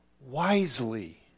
wisely